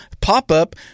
pop-up